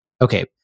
okay